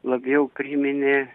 labiau priminė